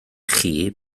chi